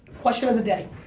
question of the day.